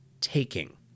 taking